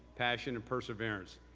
passion and perseverance.